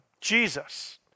Jesus